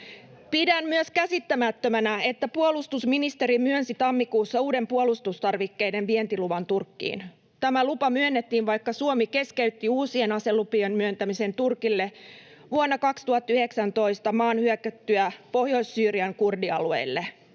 Pidän myös käsittämättömänä, että puolustusministeri myönsi tammikuussa uuden puolustustarvikkeiden vientiluvan Turkkiin. Tämä lupa myönnettiin, vaikka Suomi keskeytti uusien aselupien myöntämisen Turkille vuonna 2019 maan hyökättyä Pohjois-Syyrian kurdialueille.